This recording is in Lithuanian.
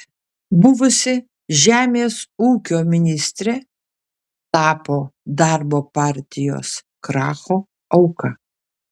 buvusi žemės ūkio ministrė tapo darbo partijos kracho auka